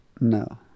No